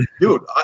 dude